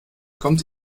kommt